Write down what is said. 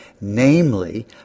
namely